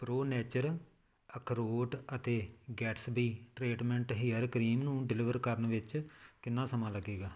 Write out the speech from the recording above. pro nature ਅਖਰੋਟ ਅਤੇ Gatsby treatment hair cream ਨੂੰ ਡਿਲਿਵਰ ਕਰਨ ਵਿੱਚ ਕਿੰਨਾ ਸਮਾਂ ਲੱਗੇਗਾ